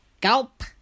Gulp